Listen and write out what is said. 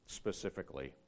specifically